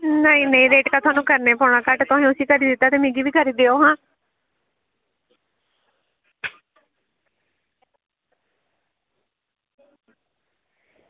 नेईं नेईं रेट ते थुआनूं करना गै पौना घट्ट तुसें उसी करी दित्ता ते मिगी बी करी देओ हां